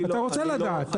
אתה רוצה לדעת.